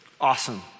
Awesome